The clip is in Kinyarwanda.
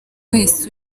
wese